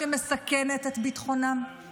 כשאמרתי בתחילת המלחמה שהיה חשד לכיבוש